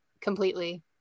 completely